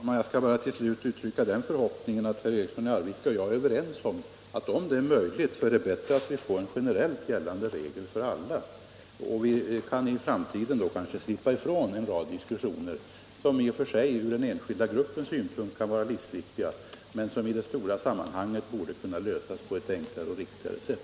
Herr talman! Jag skall bara uttrycka den förhoppningen att herr Eriksson i Arvika och jag är överens om att det är bättre att vi, om det är möjligt, får en generell regel som gäller för alla. Vi kan då kanske i framtiden slippa ifrån en rad diskussioner om problem som i och för sig från den enskilda gruppens synpunkt kan vara livsviktiga men som i det stora sammanhanget borde kunna lösa på ett enklare och riktigare sätt.